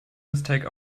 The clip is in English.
mistakes